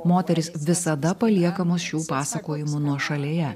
moterys visada paliekamos šių pasakojimų nuošalėje